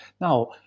now